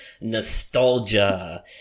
nostalgia